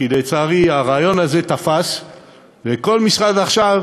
כי לצערי הרעיון הזה תפס וכל משרד עכשיו